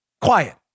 Quiet